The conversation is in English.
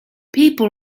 people